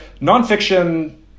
nonfiction